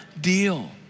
deal